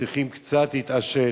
צריכים קצת להתעשת,